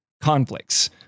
conflicts